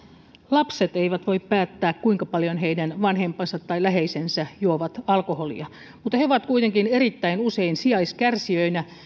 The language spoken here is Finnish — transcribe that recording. lapset eivät voi päättää kuinka paljon heidän vanhempansa tai läheisensä juovat alkoholia mutta he ovat kuitenkin erittäin usein sijaiskärsijöinä